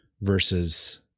versus